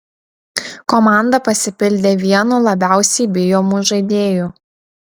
komanda pasipildė vienu labiausiai bijomų žaidėjų